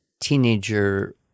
teenager